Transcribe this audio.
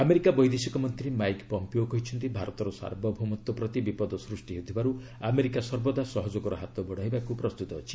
America ବୈଦେଶିକ ମନ୍ତ୍ରୀ Mike Pompeo କହିଛନ୍ତି ଭାରତର ସାର୍ବଭୌମତ୍ୱ ପ୍ରତି ବିପଦ ସୃଷ୍ଟି ହେଉଥିବାରୁ ଆମେରିକା ସର୍ବଦା ସହଯୋଗର ହାତ ବଢ଼ାଇବାକୁ ପ୍ରସ୍ତୁତ ଅଛି